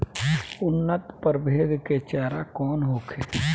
उन्नत प्रभेद के चारा कौन होखे?